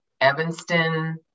Evanston